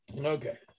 Okay